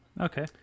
Okay